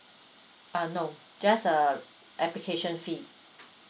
uh no just the application fee